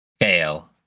Fail